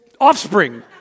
offspring